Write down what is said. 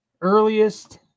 earliest